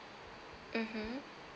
mmhmm